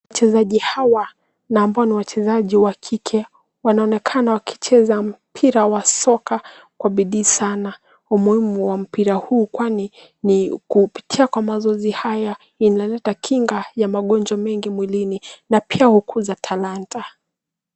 Wachezaji hawa na ambao ni wachezaji wa kike wanaonekana wakicheza mpira wa soka kwa bidii sana, umuhimu wa mpira huu kwani ni kupitia kwa mazoezi haya inaleta kinga ya magonjwa mengi mwilini na pia hukuza talanta.